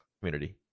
community